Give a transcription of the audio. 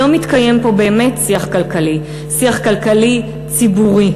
לא מתקיים פה באמת שיח כלכלי, שיח כלכלי ציבורי.